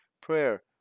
prayer